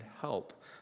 help